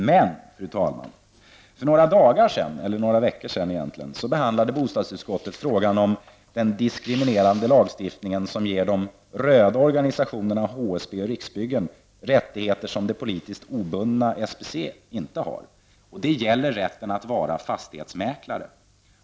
Men, fru talman, för några veckor sedan behandlade bostadsutskottet frågan om den diskriminerande lagstiftning som ger de röda organisationerna HSB och Riksbyggen rättigheter som det politiskt obundna SBC inte har. Det gäller rätten att vara fastighetsmäklare.